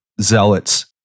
zealots